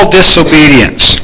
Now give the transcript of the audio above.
disobedience